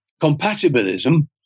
compatibilism